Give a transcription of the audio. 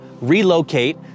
relocate